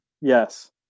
yes